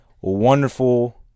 wonderful